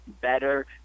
Better